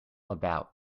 about